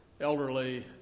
elderly